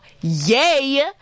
Yay